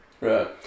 Right